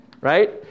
right